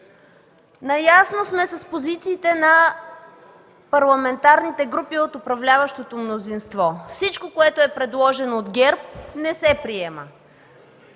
Наясно сме с позициите на парламентарните групи от управляващото мнозинство. Всичко, което е предложено от ГЕРБ, не се приема.